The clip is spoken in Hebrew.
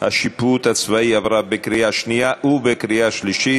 השיפוט הצבאי (תיקון מס' 71) עברה בקריאה שנייה ובקריאה שלישית.